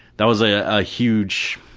that was ah a huge.